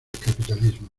capitalismo